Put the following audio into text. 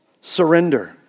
Surrender